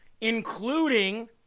including